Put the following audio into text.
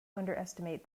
underestimate